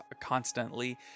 constantly